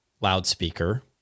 loudspeaker